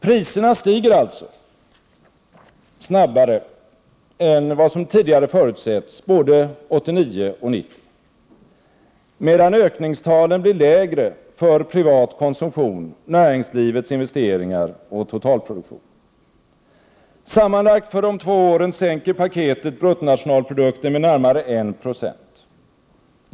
Priserna stiger alltså snabbare än vad som tidigare förutsetts både 1989 och 1990, medan ökningstalen blir lägre för privat konsumtion, näringslivets investeringar och totalproduktionen. Sammanlagt för de två åren sänker paketet bruttonationalprodukten med närmare 1 96.